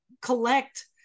collect